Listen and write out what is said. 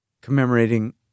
commemorating